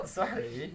sorry